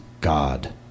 God